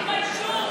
תתביישו.